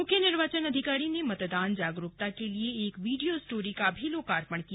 मुख्य निर्वाचन अधिकारी ने मतदान जागरूकता के लिए एक वीडियो स्टोरी का भी लोकार्पण किया